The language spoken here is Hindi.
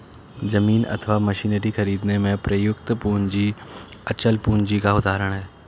जमीन अथवा मशीनरी खरीदने में प्रयुक्त पूंजी अचल पूंजी का उदाहरण है